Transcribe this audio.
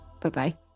Bye-bye